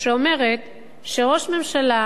שאומרת שראש ממשלה,